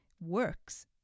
works